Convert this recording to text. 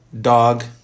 dog